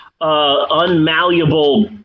unmalleable